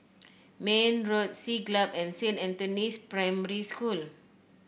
Mayne Road Siglap and Saint Anthony's Primary School